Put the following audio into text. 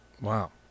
wow